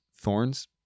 thorns